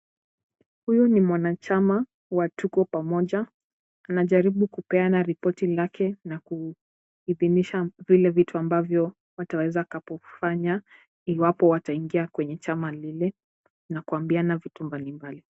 Huyu ni mwanachama wa Tuko Pamoja anajaribu kupeana ripoti yake na kuidhinisha vile vitu ambavyo wanaweza kufanya iwapo wataingia kwenye chama lile na kuambiana vitu mbalimbali.